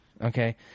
Okay